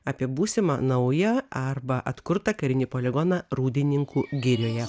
apie būsimą naują arba atkurtą karinį poligoną rūdininkų girioje